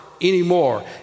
Anymore